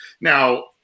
Now